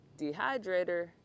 Dehydrator